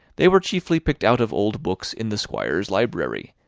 they were chiefly picked out of old books in the squire's library,